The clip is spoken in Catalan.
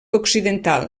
occidental